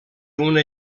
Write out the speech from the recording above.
una